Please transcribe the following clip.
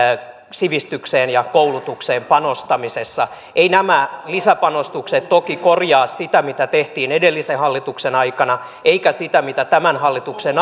sivistykseen ja koulutukseen panostamisessa eivät nämä lisäpanostukset toki korjaa sitä mitä tehtiin edellisen hallituksen aikana eivätkä sitä mitä tämän hallituksen